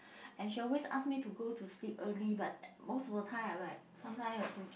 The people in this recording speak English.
and she always ask me to go to sleep early but most of the time I'm like sometime I've to